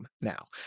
now